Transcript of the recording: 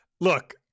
Look